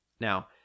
Now